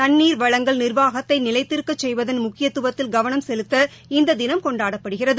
நள்ளீர் வளங்கள் நிர்வாகத்தைநிலைத்திருக்கச் செய்வதன் முக்கியத்துவத்தில் கவளம் செலுத்த இந்ததினம் கொண்டாடப்படுகிறது